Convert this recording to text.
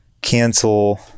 cancel